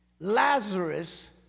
Lazarus